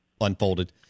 unfolded